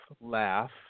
laugh